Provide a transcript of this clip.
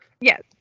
Yes